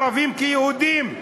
ערבים כיהודים.